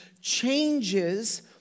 changes